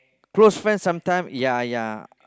close friends sometimes ya ya